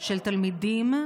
מצד תלמידים